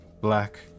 black